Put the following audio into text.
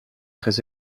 très